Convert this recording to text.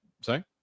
say